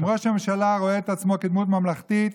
אם ראש הממשלה רואה את עצמו כדמות ממלכתית,